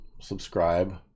subscribe